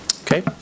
Okay